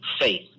faith